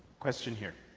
question here.